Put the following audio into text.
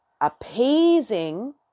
appeasing